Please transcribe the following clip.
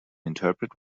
interpret